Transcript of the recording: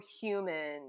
human